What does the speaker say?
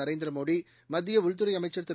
நரேந்திரமோடி மத்திய உள்துறை அமைச்ச் திரு